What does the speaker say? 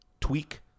tweak